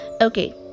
okay